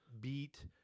beat